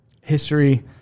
History